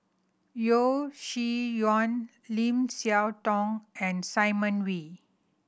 Yeo Shih Yun Lim Siah Tong and Simon Wee